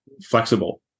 flexible